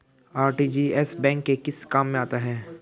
RTGS bank के किस काम में आता है?